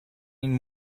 این